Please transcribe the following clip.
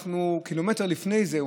קילומטר לפני זה,